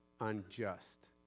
unjust